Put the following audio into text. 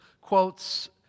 quotes